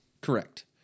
correct